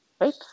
Right